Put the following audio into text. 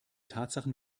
tatsachen